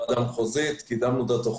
לאחר פעילות מאוד אינטנסיבית של מוסדות